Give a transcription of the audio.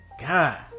God